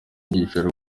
igishoro